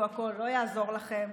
זה לא יעזור לכם,